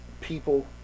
people